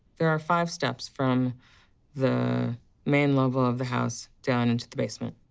there are five steps from the main level of the house down into the basement.